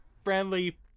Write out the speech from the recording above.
friendly